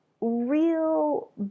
real